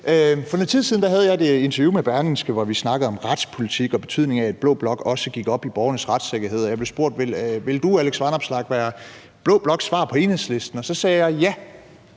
For noget tid siden havde jeg et interview med Berlingske, hvor vi snakkede om retspolitik og betydningen af, at blå blok også gik op i borgernes retssikkerhed. Jeg blev spurgt: Vil du, Alex Vanopslagh, være blå bloks svar på Enhedslisten? Og så sagde jeg: Ja!